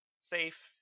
safe